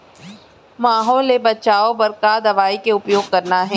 माहो ले बचाओ बर का दवई के उपयोग करना हे?